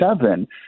seven